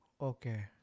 Okay